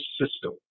System